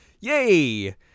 yay